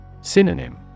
Synonym